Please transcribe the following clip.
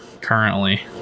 currently